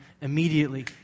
immediately